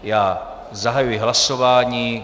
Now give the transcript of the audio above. Já zahajuji hlasování.